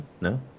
No